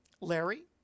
Larry